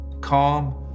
calm